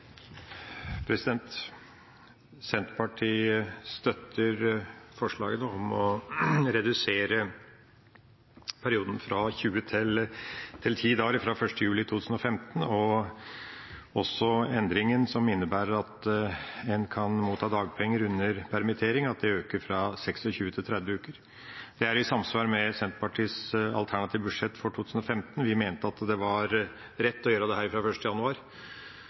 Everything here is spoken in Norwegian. justert. Senterpartiet støtter forslagene om å redusere arbeidsgiverperioden fra 20 til 10 dager fra 1. juli 2015, og også endringen som innebærer at retten til å motta dagpenger under permittering øker fra 26 til 30 uker. Det er i samsvar med Senterpartiets alternative budsjett for 2015. Vi mente at det var rett å gjøre dette fra 1. januar, og det